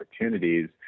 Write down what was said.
opportunities